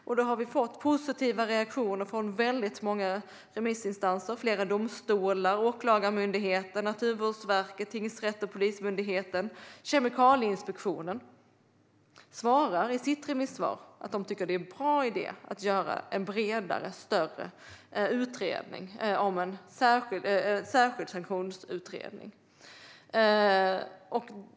Vi har fått positiva reaktioner från väldigt många remissinstanser - flera domstolar, Åklagarmyndigheten, Naturvårdsverket, tingsrätter och Polismyndigheten. Kemikalieinspektionen säger i sitt remissvar att de tycker att det är en bra idé att göra en bredare och större utredning, en särskild sanktionsutredning.